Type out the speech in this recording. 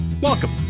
Welcome